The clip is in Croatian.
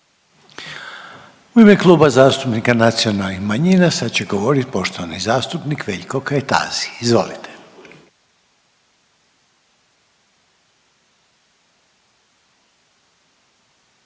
U ime Kluba zastupnika Nacionalnih manjina sad će govorit poštovani zastupnik Veljko Kajtazi. Izvolite.